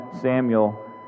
Samuel